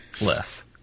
Less